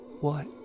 what